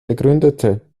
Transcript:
begründete